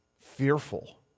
fearful